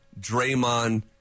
Draymond